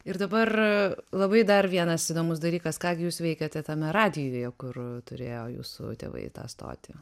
ir dabar labai dar vienas įdomus dalykas ką gi jūs veikiate tame radijuje kur turėjo jūsų tėvai tą stotį